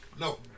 No